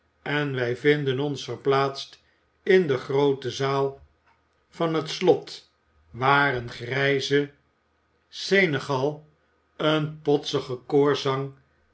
en wij vinden ons verplaatst in de groote zaal van het slot waar een grijze senechal een